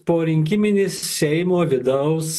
porinkiminis seimo vidaus